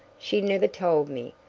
she never told me,